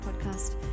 podcast